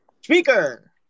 Speaker